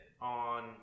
on